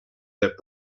that